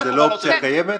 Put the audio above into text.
היא לא אופציה קיימת?